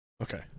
Okay